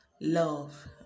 love